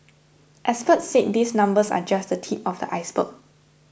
experts said these numbers are just the tip of the iceberg